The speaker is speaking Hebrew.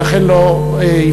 ולכן לא הפרעתי.